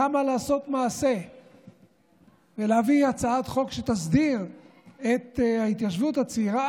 קמה לעשות מעשה ולהביא הצעת חוק שתסדיר את ההתיישבות הצעירה,